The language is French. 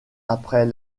après